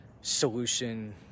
solution